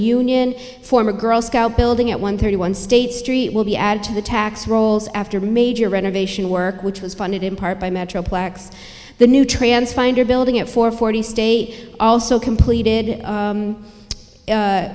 union former girl scout building at one thirty one state street will be added to the tax rolls after major renovation work which was funded in part by metroplex the new trans finder building it for forty state also completed